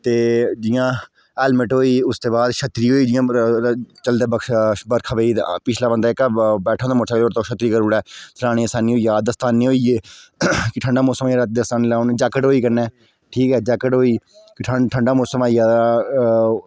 ते जि'यां हैलमट होई गेआ जां छत्तरी होई गेई कुतै बरखा पेई गेई जेह्ड़ा पिच्छें बैठा दा होंदा मोटरसाइकल उप्पर ओह् बरखा आवै ते छत्तरी करी छोडे़ दस्ताने होई गेआ जैकट होई गेआ कन्नै ठंड होई जा अगर तां